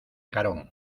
carón